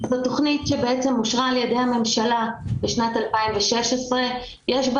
זו תכנית שאושרה על ידי הממשלה בשנת 2016 ויש בה